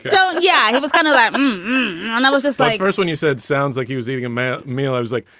so yeah it was kind of like and was just like when you said sounds like he was eating a man meal i was like,